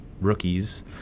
rookies